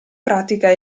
pratica